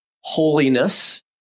holiness